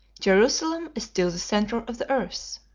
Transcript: jerusalem is still the centre of the earth.